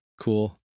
cool